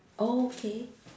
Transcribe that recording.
oh okay